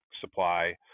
supply